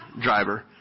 driver